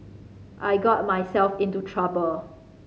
I got myself into trouble